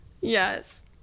Yes